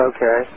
Okay